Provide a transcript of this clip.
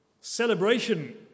Celebration